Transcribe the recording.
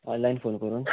online phone करून